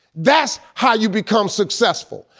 that's how you become successful,